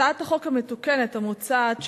הצעת החוק המתוקנת המוצעת,